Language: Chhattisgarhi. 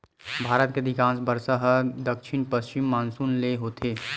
भारत के अधिकांस बरसा ह दक्छिन पस्चिम मानसून ले होथे